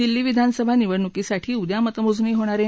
दिल्ली विधानसभा निवडणुकीसाठी उद्या मतमोजणी होणार आहे